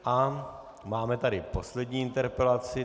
A máme tady poslední interpelaci.